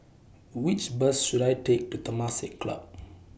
Which Bus should I Take to Temasek Club